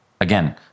again